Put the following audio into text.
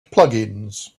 plugins